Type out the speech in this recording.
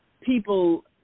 people